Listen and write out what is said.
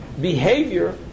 behavior